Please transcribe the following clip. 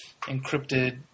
encrypted